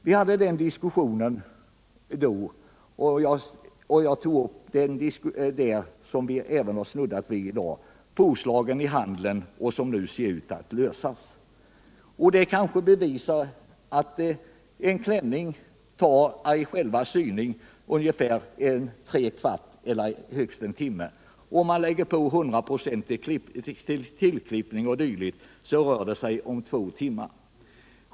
Vid den diskussion vi hade i maj tog jag uppen fråga som vi har snuddat vid även i dag, nämligen påslagen i handeln — jag skall anföra ett litet räkneexempel. Att sy en klänning tar tre kvart eller högst en timme. Om man sedan lägger på 100 96 för tillklippning o. d., så rör det sig om två timmar.